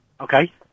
Okay